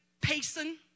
Payson